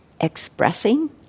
expressing